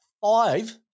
five